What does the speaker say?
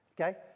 okay